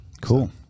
Cool